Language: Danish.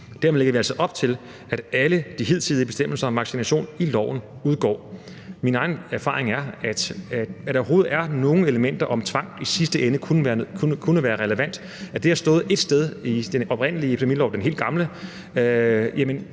Dermed lægger vi altså op til, at alle de hidtidige bestemmelser om vaccination i loven udgår. Min egen erfaring er, at det, at der overhovedet er nogle elementer om, at tvang i sidste ende kunne være relevant, og at det har stået ét sted i den oprindelige epidemilov, den helt gamle